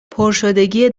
پرشدگی